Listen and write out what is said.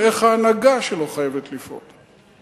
ואיך ההנהגה שלו חייבת לפעול.